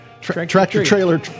tractor-trailer